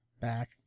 back